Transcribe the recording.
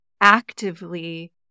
actively